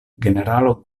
generalo